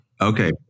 Okay